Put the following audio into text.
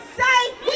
safe